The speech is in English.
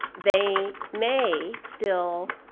they may still